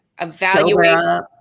evaluate